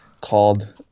called